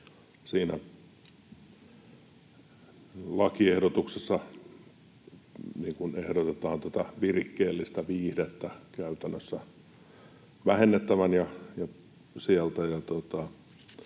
Siinä lakiehdotuksessa ehdotetaan virikkeellistä viihdettä käytännössä vähennettävän